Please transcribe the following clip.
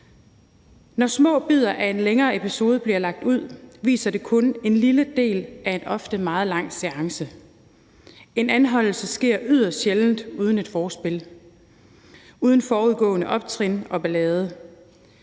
Når små bidder af en længere episode bliver lagt ud, viser det kun en lille del af en ofte meget lang seance. En anholdelse sker yderst sjældent uden et forspil, uden forudgående optrin og ballade.